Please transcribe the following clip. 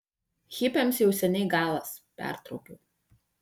hipiams jau seniai galas pertraukiau